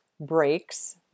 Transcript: breaks